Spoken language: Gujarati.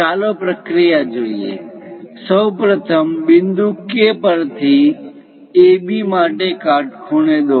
ચાલો પ્રક્રિયા જોઈએ સૌ પ્રથમ બિંદુ K પરથી AB માટે કાટખૂણે દોરો